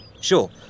Sure